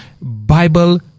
Bible